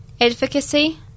advocacy